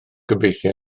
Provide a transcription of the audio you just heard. gobeithio